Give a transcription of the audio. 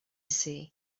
see